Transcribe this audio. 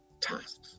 tasks